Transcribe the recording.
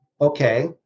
Okay